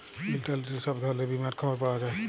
ইলটারলেটে ছব ধরলের বীমার খবর পাউয়া যায়